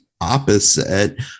opposite